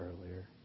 earlier